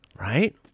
right